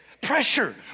Pressure